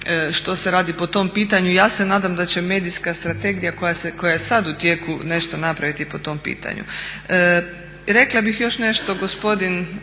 što se radi po tom pitanju i ja se nadam da će Medijska strategija koja je sada u tijeku nešto napraviti po tom pitanju. Rekla bih još nešto, gospodin